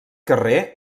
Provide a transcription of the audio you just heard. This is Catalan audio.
carrer